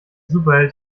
superheld